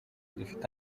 dufite